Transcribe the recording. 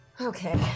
Okay